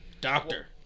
doctor